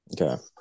Okay